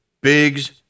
Biggs